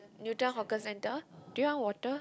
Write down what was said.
Newton hawker center do you want water